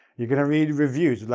you're going to read reviews, like,